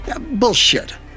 Bullshit